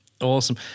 Awesome